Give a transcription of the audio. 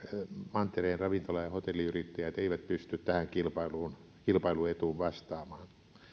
mantereen ravintola ja ja hotelliyrittäjät eivät pysty tähän kilpailuetuun kilpailuetuun vastaamaan